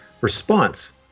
response